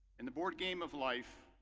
in the board game of life,